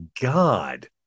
God